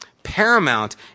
paramount